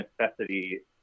necessity